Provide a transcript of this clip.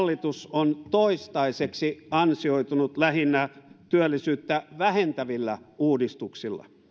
hallitus on toistaiseksi ansioitunut lähinnä työllisyyttä vähentävillä uudistuksilla